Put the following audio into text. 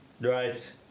Right